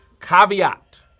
Caveat